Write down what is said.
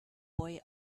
boy